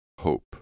hope